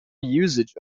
usage